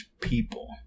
people